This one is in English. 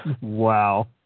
Wow